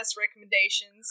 recommendations